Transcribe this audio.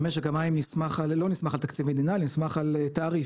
שמשק המים לא נסמך על תקציב מדינה, נסמך על תעריף,